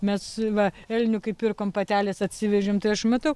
mes va elniukui pirkom patelės atsivežėm tai aš matau